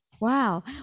Wow